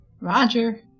Roger